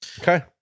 Okay